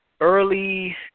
early